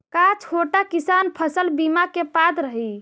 का छोटा किसान फसल बीमा के पात्र हई?